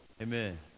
Amen